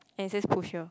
and it says push here